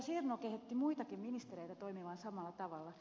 sirnö kehotti muitakin ministereitä toimimaan samalla tavalla